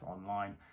online